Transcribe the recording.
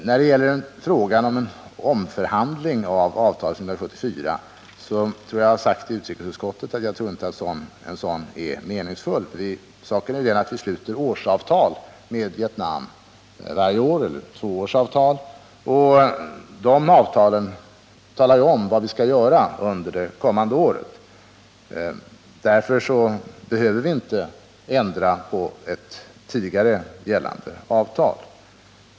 När det gäller frågan om en omförhandling av avtalet från 1974 vill jag säga att jag inte tror att en sådan är meningsfull — det har jag också sagt i utrikesutskottet. Saken är den att vi sluter årsavtal eller tvåårsavtal med Vietnam. Dessa avtal säger vad vi skall göra under den kommande perioden. Därför behöver vi inte ändra ett tidigare gällande avtal.